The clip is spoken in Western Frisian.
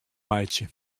meitsje